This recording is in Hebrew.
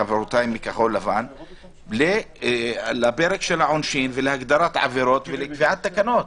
חברותיי מכחול לבן לפרק העונשין ולהגדרת העבירות ולקביעת תקנות,